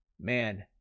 man